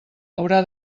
haurà